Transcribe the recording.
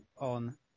On